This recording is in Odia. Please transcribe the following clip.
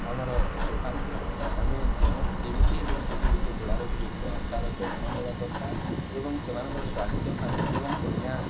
ଆମର ସୌଭାଗ୍ୟ ବା ଆମେ ଯେମିତି ହେଲେ ବି ଯଦି ଗୋଟେ ଘୋଡ଼ା ଉପଯୁକ୍ତ ତା'ର ଯତ୍ନ ନେବା ଦରକାର ଏବଂ ସେମାନଙ୍କର ସ୍ୱାସ୍ଥ୍ୟ ପାଇଁ ଏବଂ କଲ୍ୟାଣ